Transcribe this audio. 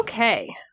okay